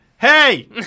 Hey